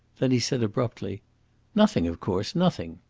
then he said abruptly nothing, of course nothing.